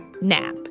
NAP